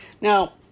Now